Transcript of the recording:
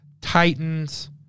Titans